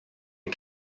des